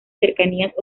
cercanías